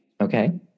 Okay